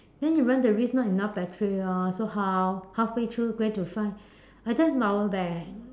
then you run the risk not enough battery orh so how halfway through where to find I don't have power bank